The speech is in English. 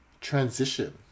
transition